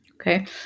okay